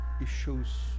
issues